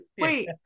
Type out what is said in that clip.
Wait